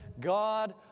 god